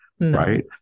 Right